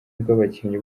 rw’abakinnyi